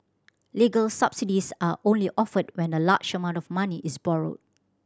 legal subsidies are only offered when a large amount of money is borrowed